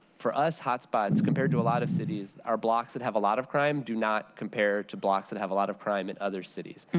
for us hot spots, compared to a lot of cities, our blocks that have a lot of crimes do not compare to blocks and have a lot of crime in other cities.